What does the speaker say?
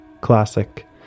Classic